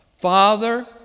Father